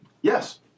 Yes